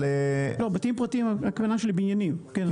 בתים פרטיים הכוונה שלי בניינים.